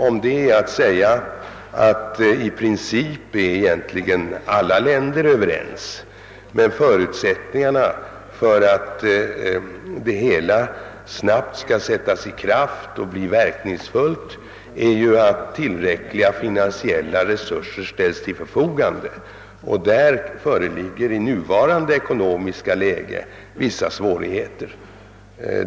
Därom är att säga att alla länder egentligen är överens i princip, men förutsättningarna för att det hela snabbt skall sättas i gång och bli verkningsfullt är att tillräckliga finansiella resurser ställs till förfogande. Därvidlag föreligger i nuvarande ekonomiska läge vissa svårigheter.